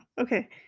Okay